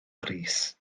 grys